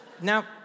Now